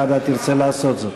אם הוועדה תרצה לעשות זאת.